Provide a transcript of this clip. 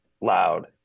loud